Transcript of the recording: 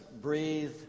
breathe